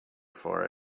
for